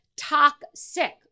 toxic